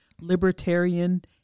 libertarian